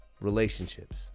Relationships